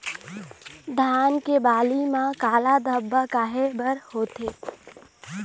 धान के बाली म काला धब्बा काहे बर होवथे?